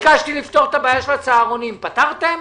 ביקשתי לפתור את הבעיה של הצהרונים - פתרתם?